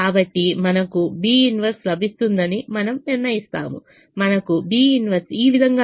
కాబట్టి మనకు B 1 లభిస్తుందని మనము నిర్ణయిస్తాము మనకు B 1 ఈ విధంగా లభిస్తుంది